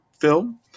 film